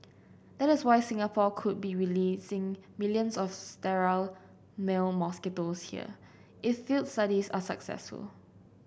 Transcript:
that is why Singapore could be releasing millions of sterile male mosquitoes here if field studies are successful